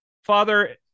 Father